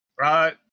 Right